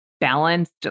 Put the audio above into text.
balanced